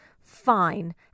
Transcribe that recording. fine